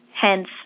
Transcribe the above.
hence